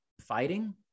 fighting